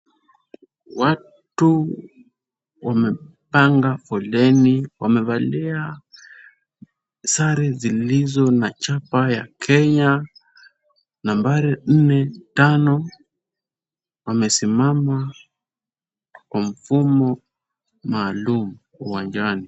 Watu wamepanga foleni. Wamevalia sare zilizo na chapa ya Kenya, nambari nne, tano, wamesimama kwa mfumo maalum uwanajani.